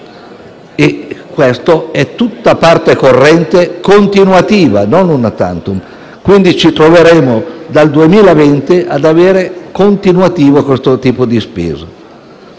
spese di parte corrente continuative non *una tantum*, quindi ci troveremo dal 2020 ad avere continuativamente questo tipo di spesa.